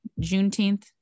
Juneteenth